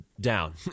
Down